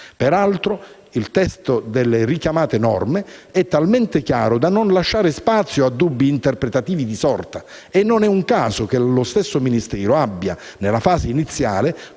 peraltro, il testo delle richiamate norme è talmente chiaro da non lasciare spazio a dubbi interpretativi di sorta. E non è un caso che lo stesso Ministero abbia, nella fase iniziale,